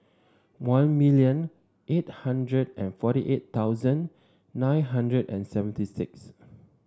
one million eight hundred and forty eight thousand nine hundred and seventy six